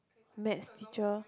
Maths teacher